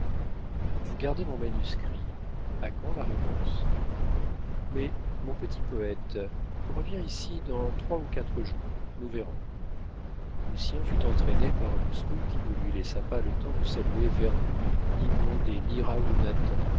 vous gardez mon manuscrit à quand la réponse mais mon petit poète reviens ici dans trois ou quatre jours nous verrons lucien fut entraîné par lousteau qui ne lui laissa pas le temps de saluer vernou ni blondet ni